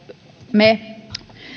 me